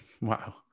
wow